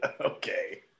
Okay